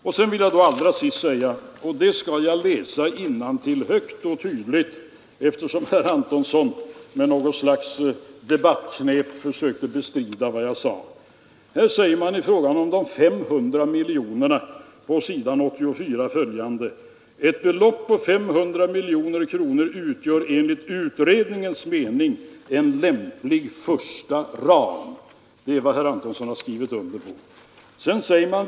Eftersom herr Antonsson med något slags debattknep försökte bestrida vad som står i utredningen vill jag läsa innantill högt och tydligt vad som står om de 500 miljonerna på s. 84: ”Ett belopp på 500 miljoner kronor utgör enligt utredningens mening en lämplig första ram.” Det är vad herr Antonsson har skrivit under.